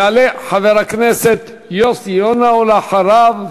יעלה חבר הכנסת יוסי יונה, ולאחריו,